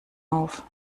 auf